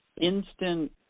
instant